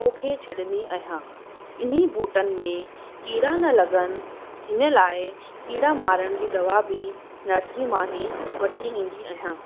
पोखे छॾींदी अहियां इन्ही ॿूटनि में कीड़ा न लॻनि हिन लाइ कीड़ा मारण जी दवा बि नर्सरी मां ई वठी ईंदी अहियां